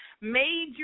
major